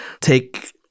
take